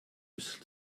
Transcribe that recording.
was